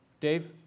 Dave